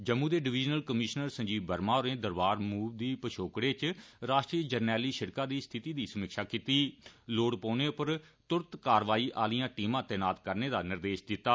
जम्मू दे divisional commissioner Sanjeev Verma होरें Darbar move दी पछोकड़ै च राश्ट्रीय जरनैली सड़कै दी स्थिति दी समीक्षा कीती लोड़ पौने पर तुरत कारवाई आलियां टीमां तैनात करने दा निर्देष दित्ता